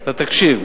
אתה תקשיב.